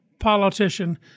politician